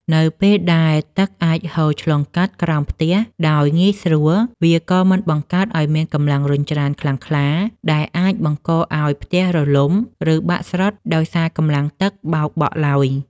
នៅពេលដែលទឹកអាចហូរឆ្លងកាត់ក្រោមផ្ទះដោយងាយស្រួល វាក៏មិនបង្កើតឱ្យមានកម្លាំងរុញច្រានខ្លាំងក្លា ដែលអាចបង្កឱ្យផ្ទះរលំ ឬបាក់ស្រុតដោយសារកម្លាំងទឹកបោកបក់ឡើយ។